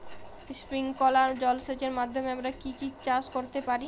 Sprinkler জলসেচের মাধ্যমে আমরা কি কি চাষ করতে পারি?